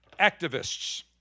activists